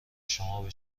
شما